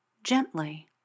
Gently